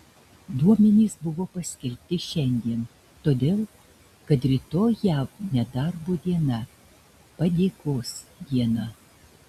duomenys buvo paskelbti šiandien todėl kad rytoj jav nedarbo diena padėkos diena